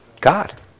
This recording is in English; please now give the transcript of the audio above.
God